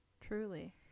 Truly